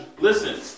listen